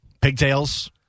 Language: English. pigtails